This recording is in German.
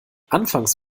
anfangs